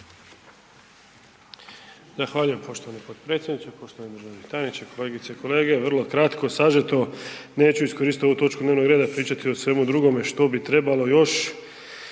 Zahvaljujem poštovani potpredsjedniče. Poštovani državni tajniče, kolegice i kolege. Vrlo kratko, sažeto. Neću iskoristiti ovu točku dnevnog reda i pričati o svemu drugom što bi trebalo još